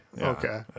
Okay